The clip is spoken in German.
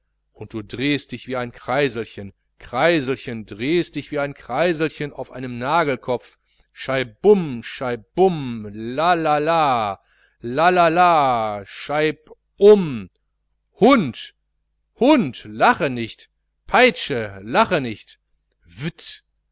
und du drehst dich wie ein kreiselchen kreiselchen drehst dich wie ein kreiselchen auf einem nagelkopf scheibum scheibum lalalala lalalala scheib um hund hund lache nicht peitsche lache nicht